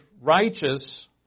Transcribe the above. righteous